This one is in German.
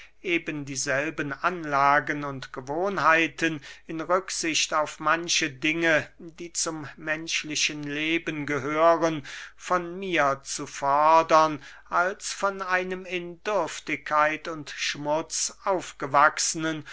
eben dieselben anlagen und gewohnheiten in rücksicht auf manche dinge die zum menschlichen leben gehören von mir zu fordern als von einem in dürftigkeit und schmutz aufgewachsenen